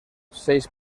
seis